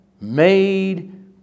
made